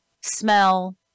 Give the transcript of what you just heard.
smell